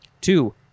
Two